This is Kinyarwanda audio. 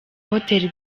hoteli